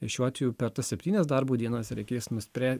šiuo atveju per tas septynias darbo dienas reikės nusprę